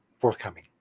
forthcoming